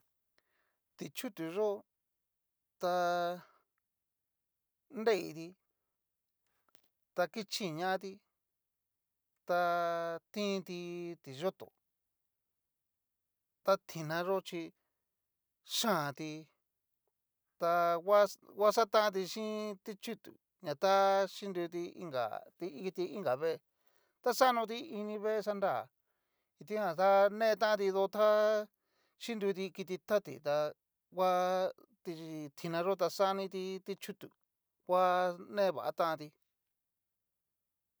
Ti'chutu yó tá. nreiti ta kichin ñati ta. tinti tiyoto ta tina yó chi yianti, ta ngua ngua xatanto xhin ti'chutu, taxhiruti inga kiti inga vée, ta xanoti ini vée xanrá, kitijan ta ne tanti tu tá. xhinruti kiti tati ta ngua ti tina yó ta xaniti ti'chutu ngua nevatanti.